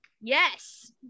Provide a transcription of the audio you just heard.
yes